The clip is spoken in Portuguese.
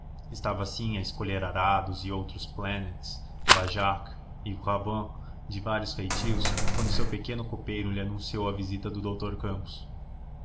estavam assim a escolher arados e outros planets bajacs e brabants de vários feitios quando o seu pequeno copeiro lhe anunciou a visita do doutor campos